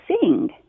sing